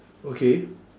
okay